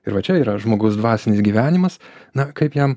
ir va čia yra žmogus dvasinis gyvenimas na kaip jam